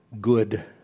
good